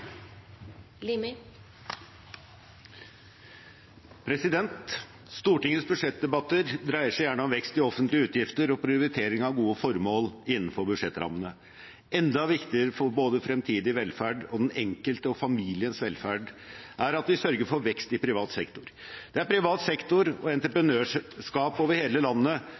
prioritering av gode formål innenfor budsjettrammene. Enda viktigere for både fremtidig velferd og den enkelte og familiens velferd er at vi sørger for vekst i privat sektor. Det er privat sektor og entreprenørskap over hele landet